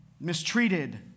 mistreated